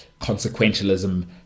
consequentialism